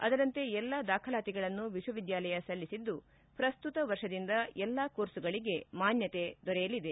ಅದರಂತೆ ಎಲ್ಲಾ ದಾಖಲಾತಿಗಳನ್ನು ವಿಶ್ವವಿದ್ಯಾಲಯ ಸಲ್ಲಿಸಿದ್ದು ಪ್ರಸ್ತುತ ವರ್ಷದಿಂದ ಎಲ್ಲಾ ಕೋರ್ಸುಗಳಿಗೆ ಮಾನ್ಯತೆ ದೊರೆತಿದೆ